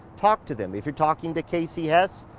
talk to them. if you're talking to kasey hess,